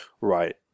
Right